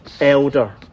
elder